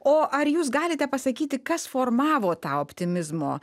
o ar jūs galite pasakyti kas formavo tą optimizmo